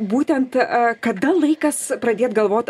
būtent a kada gal laikas pradėt galvot